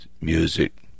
music